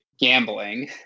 gambling